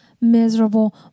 miserable